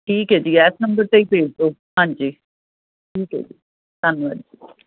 ਠੀਕ ਹੈ ਜੀ ਐਸ ਨੰਬਰ 'ਤੇ ਹੀ ਭੇਜ ਦਿਓ ਹਾਂਜੀ ਠੀਕ ਹੈ ਜੀ ਧੰਨਵਾਦ ਜੀ